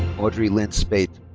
audrey lyn spaight.